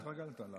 חשבתי שהתרגלת.